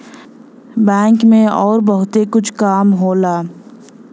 bank में अउरो बहुते कुछ काम होला